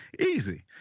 Easy